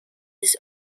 his